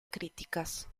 críticas